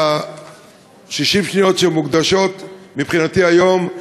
ב-60 שניות שמוקדשות מבחינתי היום,